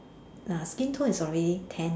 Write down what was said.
uh skin tone is already tan